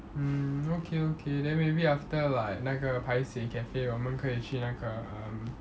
mm okay okay then maybe after like 那个 paiseh cafe 我们可以去那个 um